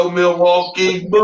Milwaukee